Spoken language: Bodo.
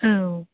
औ